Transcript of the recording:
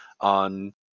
on